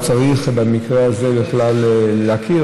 לא צריך במקרה הזה בכלל להכיר,